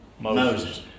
Moses